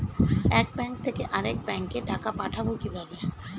এক ব্যাংক থেকে আরেক ব্যাংকে টাকা পাঠাবো কিভাবে?